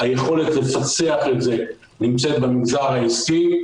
היכולת לפצח את זה נמצאת במגזר העסקי.